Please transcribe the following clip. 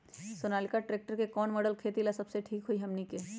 Sonalika tractor के कौन model खेती ला सबसे ठीक होई हमने की?